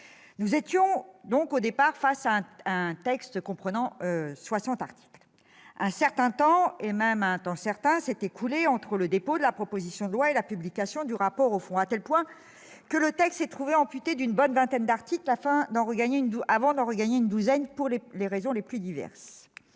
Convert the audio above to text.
nous étions face à un texte qui comprenait soixante articles. Un certain temps, et même un temps certain, s'est écoulé entre le dépôt de la proposition de loi et la publication du rapport au fond, à tel point que le texte s'est trouvé amputé d'une bonne vingtaine d'articles avant d'en regagner une douzaine pour les raisons les plus diverses.